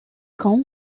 cão